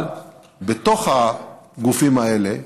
אבל בתוך הגופים האלה,